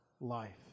life